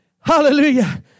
Hallelujah